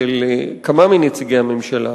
של כמה מנציגי הממשלה,